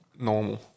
normal